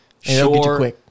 Sure